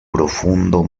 profundo